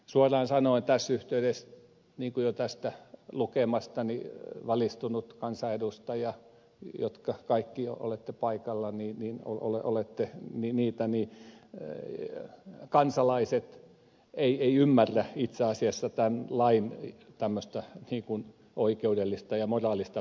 suoraan sanoen tässä yhteydessä niin kuin jo tästä lukemastani valistunut kansanedustaja voi käsittää te kaikki jotka olette paikallani niin ollen ole tehty paikalla olette niitä kansalaiset eivät ymmärrä itse asiassa tämän lain tämmöistä ikään kuin oikeudellista ja moraalista perustaa ollenkaan